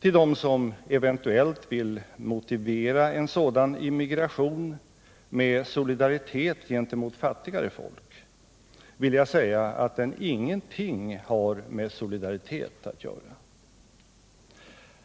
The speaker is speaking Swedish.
Till den som eventuellt vill motivera en sådan immigration med solidaritet gentemot fattigare folk vill jag säga att den ingenting har med solidaritet att göra.